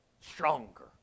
stronger